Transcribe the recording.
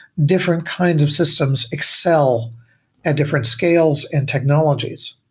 different kinds of systems excel at different scales and technologies.